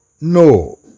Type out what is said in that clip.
no